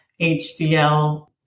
HDL